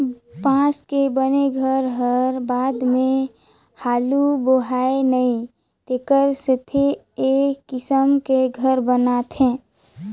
बांस के बने घर हर बाद मे हालू बोहाय नई तेखर सेथी ए किसम के घर बनाथे